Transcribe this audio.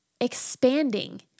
expanding